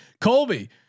Colby